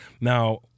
Now